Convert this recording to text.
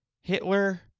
Hitler